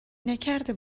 نکرده